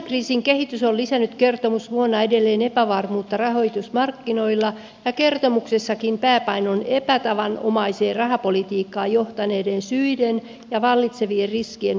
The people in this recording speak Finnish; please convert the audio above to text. finanssikriisin kehitys on lisännyt kertomusvuonna edelleen epävarmuutta rahoitusmarkkinoilla ja kertomuksessakin pääpaino on epätavanomaiseen rahapolitiikkaan johtaneiden syiden ja vallitsevien riskien kuvaamisessa